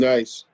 Nice